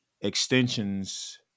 extensions